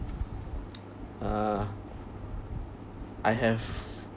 uh I have